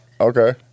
Okay